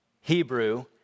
Hebrew